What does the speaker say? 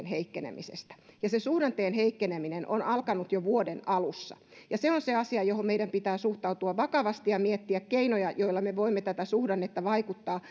heikkenemisestä ja se suhdanteen heikkeneminen on alkanut jo vuoden alussa se on se asia johon meidän pitää suhtautua vakavasti ja meidän pitää miettiä keinoja joilla me voimme tähän suhdanteeseen vaikuttaa